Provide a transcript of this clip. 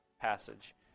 passage